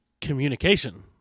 communication